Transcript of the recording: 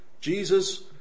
Jesus